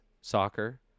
soccer